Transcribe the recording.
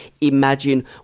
Imagine